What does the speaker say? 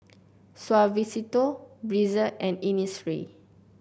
Suavecito Breezer and Innisfree